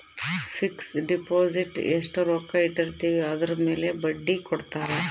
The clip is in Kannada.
ಫಿಕ್ಸ್ ಡಿಪೊಸಿಟ್ ಎಸ್ಟ ರೊಕ್ಕ ಇಟ್ಟಿರ್ತಿವಿ ಅದುರ್ ಮೇಲೆ ಬಡ್ಡಿ ಕೊಡತಾರ